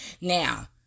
now